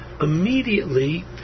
Immediately